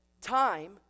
time